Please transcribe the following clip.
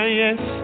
yes